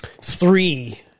Three